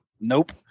Nope